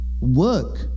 work